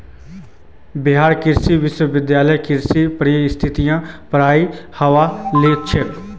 बिहार कृषि विश्वविद्यालयत कृषि पारिस्थितिकीर पढ़ाई हबा लागिल छ